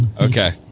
Okay